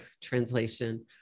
translation